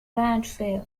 landfill